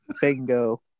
bingo